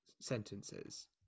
sentences